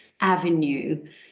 avenue